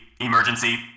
emergency